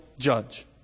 judge